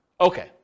Okay